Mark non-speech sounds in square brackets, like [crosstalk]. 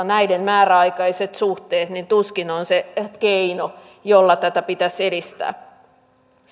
[unintelligible] näiden määräaikaiset suhteet tuskin ovat se keino jolla tätä pitäisi edistää